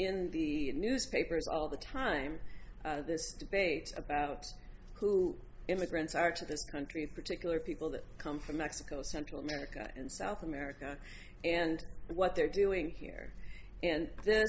in the newspapers all the time this debate about who immigrants are to this country in particular people that come from mexico central america and south america and what they're doing here and th